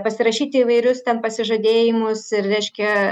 pasirašyti įvairius ten pasižadėjimus ir reiškia